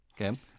Okay